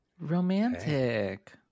Romantic